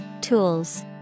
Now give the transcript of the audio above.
Tools